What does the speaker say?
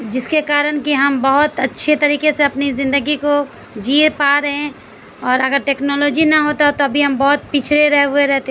جس کے کارن کہ ہم بہت اچھے طریقے سے اپنی زندگی کو جیے پا رہے ہیں اور اگر ٹیکنالوجی نہ ہوتا تو ابھی ہم بہت پچھڑے رہ ہوئے رہتے